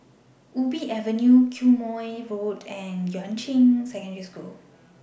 Ubi Avenue Quemoy Road and Yuan Ching Secondary School